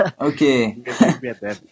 Okay